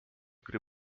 gry